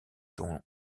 dont